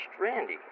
Randy